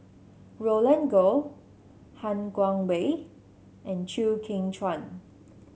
Roland Goh Han Guangwei and Chew Kheng Chuan